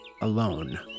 alone